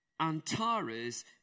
Antares